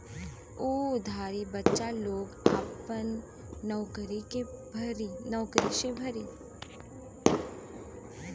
उ उधारी बच्चा लोग आपन नउकरी से भरी